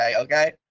okay